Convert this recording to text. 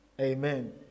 Amen